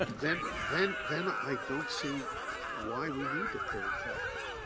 ah then then then i don't see why we need the third factor.